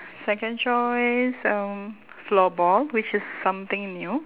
second choice um floorball which is something new